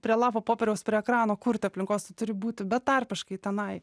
prie lapo popieriaus prie ekrano kurt aplinkos tu turi būti betarpiškai tenai